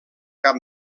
cap